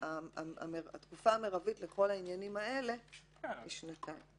אבל התקופה המרבית לכל העניינים האלה היא שנתיים.